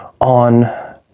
on